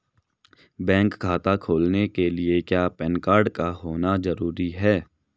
Bank खाता खोलने के लिए क्या पैन कार्ड का होना ज़रूरी है?